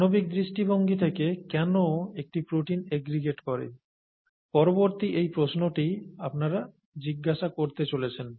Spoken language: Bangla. আণবিক দৃষ্টিভঙ্গি থেকে কেন একটি প্রোটিন এগ্রিগেট করে পরবর্তী এই প্রশ্নটিই আপনারা জিজ্ঞাসা করতে চলেছেন